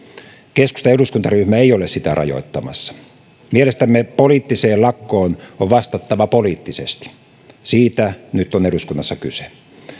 keskustan eduskuntaryhmä ei ole sitä rajoittamassa mielestämme poliittiseen lakkoon on vastattava poliittisesti siitä nyt on eduskunnassa kyse